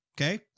Okay